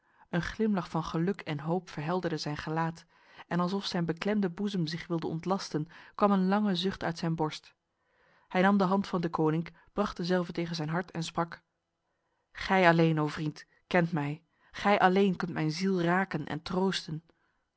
een glimlach van geluk en hoop verhelderde zijn gelaat en alsof zijn beklemde boezem zich wilde ontlasten kwam een lange zucht uit zijn borst hij nam de hand van deconinck bracht dezelve tegen zijn hart en sprak gij alleen o vriend kent mij gij alleen kunt mijn ziel raken en troosten